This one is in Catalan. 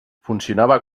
funcionava